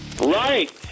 Right